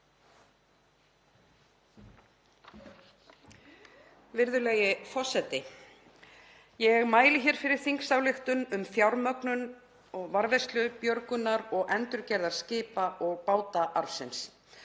Virðulegi forseti. Ég mæli hér fyrir þingsályktunartillögu um fjármögnun varðveislu, björgunar og endurgerðar skipa- og bátaarfsins.